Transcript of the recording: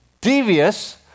devious